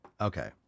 Okay